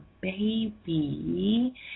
baby